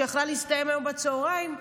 שיכולה להסתיים היום בצוהריים,